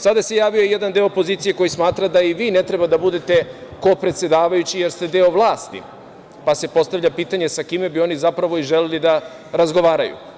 Sada se javio i jedan deo opozicije koji smatra da i vi ne treba da budete kopredsedavajući, jer ste deo vlasti, pa se postavlja pitanje sa kime bi oni, zapravo, želeli da razgovaraju?